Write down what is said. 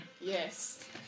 Yes